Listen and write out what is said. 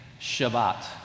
Shabbat